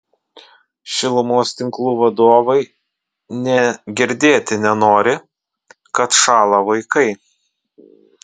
šilumos tinklų vadovai nė girdėti nenori kad šąla vaikai